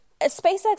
SpaceX